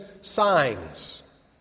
signs